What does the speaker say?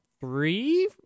Three